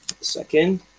Second